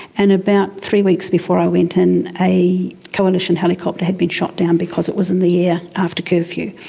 and about three weeks before i went in, a coalition helicopter had been shot down because it was in the air after curfew.